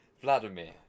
Vladimir